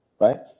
right